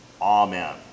Amen